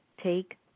take